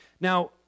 Now